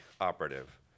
operative